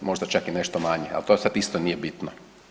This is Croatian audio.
Možda čak i nešto manje ali to sad isto nije bitno.